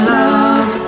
love